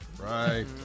Right